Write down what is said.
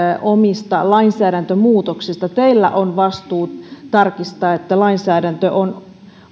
omista lainsäädäntömuutoksistanne teillä on vastuu tarkistaa että lainsäädäntö on